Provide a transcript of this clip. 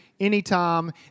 anytime